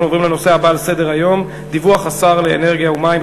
אנחנו עוברים לנושא הבא על סדר-היום: דיווח שר האנרגיה והמים,